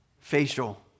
facial